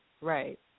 Right